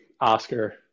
Oscar